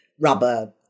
rubber